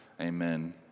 Amen